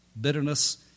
bitterness